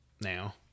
now